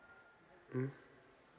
mmhmm